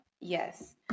Yes